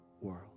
world